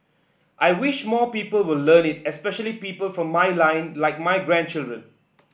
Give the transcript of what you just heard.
I wish more people will learn it especially people from my line like my grandchildren